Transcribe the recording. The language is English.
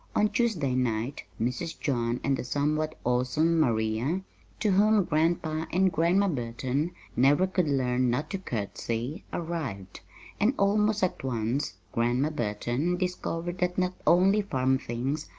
on tuesday night mrs. john and the somewhat awesome maria to whom grandpa and grandma burton never could learn not to curtsy arrived and almost at once grandma burton discovered that not only farm things,